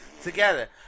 together